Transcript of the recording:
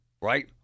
right